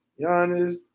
Giannis